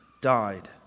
died